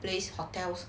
place hotels